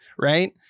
right